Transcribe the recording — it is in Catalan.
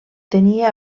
tenia